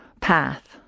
path